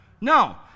No